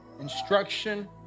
instruction